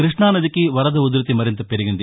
క్బష్టానదికి వరద ఉధ్భతి మరింత పెరిగింది